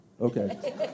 Okay